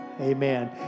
Amen